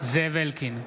זאב אלקין,